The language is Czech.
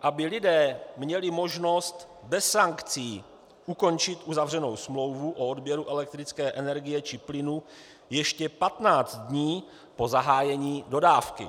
aby lidé měli možnost bez sankcí ukončit uzavřenou smlouvu o odběru elektrické energie či plynu ještě 15 dní po zahájení dodávky.